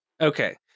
Okay